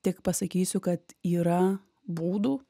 tik pasakysiu kad yra būdų